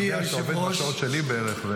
אני יודע שאתה עובד בשעות שלי בערך.